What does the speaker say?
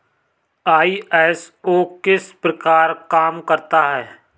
ISO किस प्रकार काम करता है